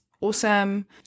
awesome